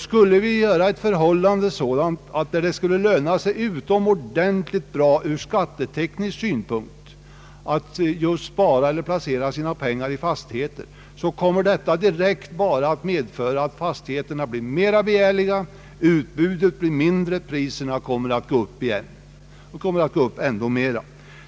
Skulle förhållandena bli sådana att det skulle löna sig utomordentligt bra ur skatteteknisk synpunkt att placera sina pengar just i fastigheter, kommer detta att direkt medföra att fastigheterna blir mera begärliga, utbudet blir mindre och priserna går upp ännu mer.